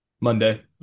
Monday